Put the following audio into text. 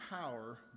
power